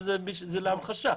זה להמחשה.